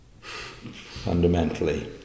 fundamentally